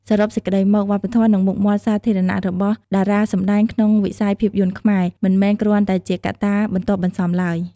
សរុបសេចក្តីមក វប្បធម៌ និងមុខមាត់សាធារណៈរបស់តារាសម្ដែងក្នុងវិស័យភាពយន្តខ្មែរ មិនមែនគ្រាន់តែជាកត្តាបន្ទាប់បន្សំឡើយ។